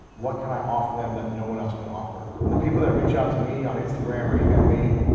what can i offer them that no one else can offer? and the people that reach out to me on instagram, or email me,